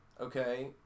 okay